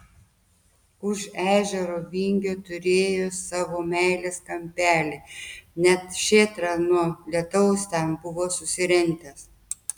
už ežero vingio turėjo savo meilės kampelį net šėtrą nuo lietaus ten buvo susirentęs